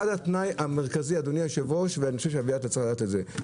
אחד התנאים המרכזיים אדוני היו"ר ואביעד אתה צריך לדעת את זה,